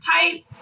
type